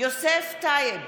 יוסף טייב,